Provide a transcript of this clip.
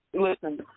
Listen